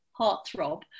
heartthrob